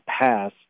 pass